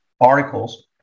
articles